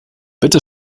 bitte